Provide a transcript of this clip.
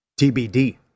TBD